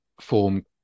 Form